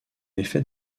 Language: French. effet